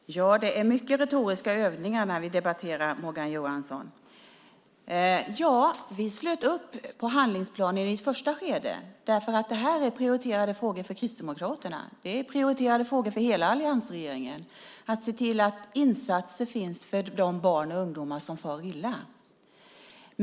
Fru talman! Det är mycket retoriska övningar när vi debatterar, Morgan Johansson. Ja, vi slöt upp på handlingsplanen i ett första skede, därför att det här är prioriterade frågor för Kristdemokraterna. Det är prioriterade frågor för hela alliansregeringen att se till att det görs insatser för de barn och ungdomar som far illa.